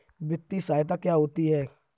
वित्तीय सहायता क्या होती है?